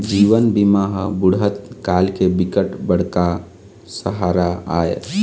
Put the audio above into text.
जीवन बीमा ह बुढ़त काल के बिकट बड़का सहारा आय